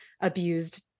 abused